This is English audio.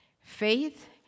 Faith